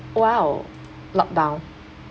!wow! lockdown